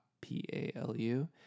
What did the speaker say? P-A-L-U